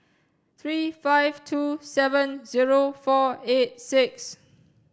three five two seven zero four eight six